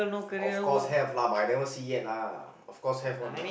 of course have lah but I never see yet lah of course have one what